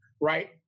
right